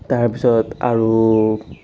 তাৰপিছত আৰু